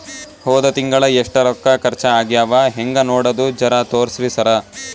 ಹೊದ ತಿಂಗಳ ಎಷ್ಟ ರೊಕ್ಕ ಖರ್ಚಾ ಆಗ್ಯಾವ ಹೆಂಗ ನೋಡದು ಜರಾ ತೋರ್ಸಿ ಸರಾ?